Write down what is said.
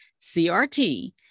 CRT